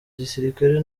gisirikare